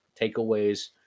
takeaways